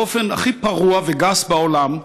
באופן הכי פרוע וגס בעולם,